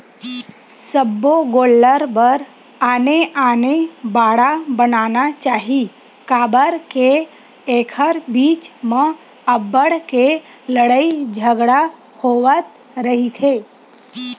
सब्बो गोल्लर बर आने आने बाड़ा बनाना चाही काबर के एखर बीच म अब्बड़ के लड़ई झगरा होवत रहिथे